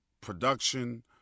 production